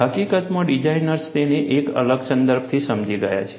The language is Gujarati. હકીકતમાં ડિઝાઇનર્સ તેને એક અલગ સંદર્ભથી સમજી ગયા છે